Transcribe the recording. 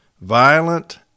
Violent